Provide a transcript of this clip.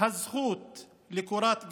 הזכות לקורת גג,